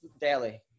daily